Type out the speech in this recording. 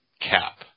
cap